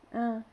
ah